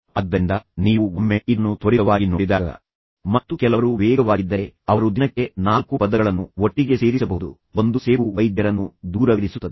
ಆದ್ದರಿಂದ ನೀವು ಒಮ್ಮೆ ಇದನ್ನು ತ್ವರಿತವಾಗಿ ನೋಡಿದಾಗ ಮತ್ತು ಕೆಲವರು ವೇಗವಾಗಿದ್ದರೆ ಅವರು ದಿನಕ್ಕೆ 4 ಪದಗಳನ್ನು ಒಟ್ಟಿಗೆ ಸೇರಿಸಬಹುದು ಒಂದು ಸೇಬು ವೈದ್ಯರನ್ನು ದೂರವಿರಿಸುತ್ತದೆ